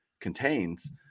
contains